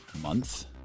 month